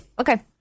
Okay